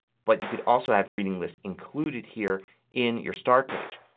but you could also have reading list included here in your start page.